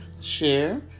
share